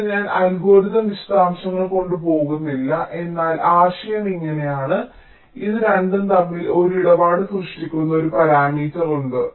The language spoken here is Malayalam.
ഇത് ഞാൻ അൽഗോരിതം വിശദാംശങ്ങൾ കൊണ്ട് പോകുന്നില്ല എന്നാൽ ആശയം ഇങ്ങനെയാണ് ഈ 2 തമ്മിൽ ഒരു ഇടപാട് സൃഷ്ടിക്കുന്ന ഒരു പാരാമീറ്റർ ഉണ്ട്